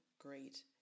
great